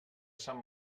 sant